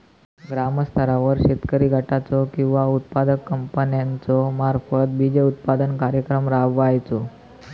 ग्रामस्तरावर शेतकरी गटाचो किंवा उत्पादक कंपन्याचो मार्फत बिजोत्पादन कार्यक्रम राबायचो?